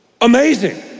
amazing